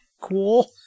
cool